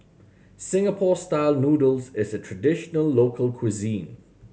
Singapore Style Noodles is a traditional local cuisine